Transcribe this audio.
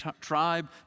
tribe